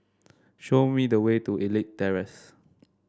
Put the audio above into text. show me the way to Elite Terrace